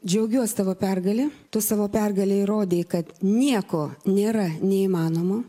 džiaugiuos tavo pergale tu savo pergale įrodei kad nieko nėra neįmanomo